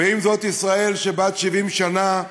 האם זאת ישראל בת 70 השנה?